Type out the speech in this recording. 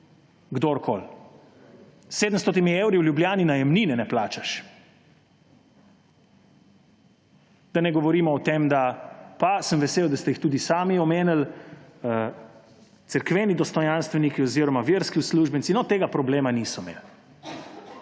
Kdorkoli. S 700 evri Ljubljani najemnine ne plačaš. Da ne govorimo o tem, da − pa sem vesel, da ste jih tudi sami omenili −, cerkveni dostojanstveniki oziroma verski uslužbenci tega problema niso imeli.